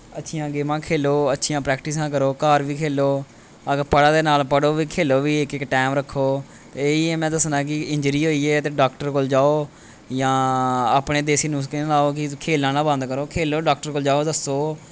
अच्छियां गैमां खेलो अच्छियां प्रैक्टिसां करो घर बी खेलो अगर पढ़ा दे कन्नै पढ़ो बी खेलो बी इक इक टैम रक्खो ते इ'यै मैं दस्सना कि इंजरी होई ऐ ते डाक्टर कोल जाओ जां अपने देसी नुस्के निं लाओ कि खेलना नां बंद करो खेलो डाक्टर कोल जाओ दस्सो